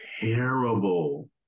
terrible